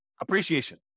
appreciation